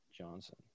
Johnson